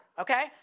okay